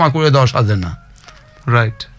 right